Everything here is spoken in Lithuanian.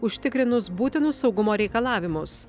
užtikrinus būtinus saugumo reikalavimus